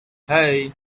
hey